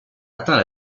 atteint